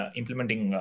implementing